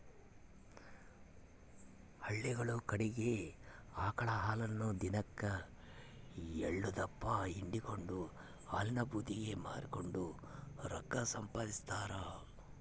ಹಳ್ಳಿಗುಳ ಕಡಿಗೆ ಆಕಳ ಹಾಲನ್ನ ದಿನಕ್ ಎಲ್ಡುದಪ್ಪ ಹಿಂಡಿಕೆಂಡು ಹಾಲಿನ ಭೂತಿಗೆ ಮಾರಿಕೆಂಡು ರೊಕ್ಕ ಸಂಪಾದಿಸ್ತಾರ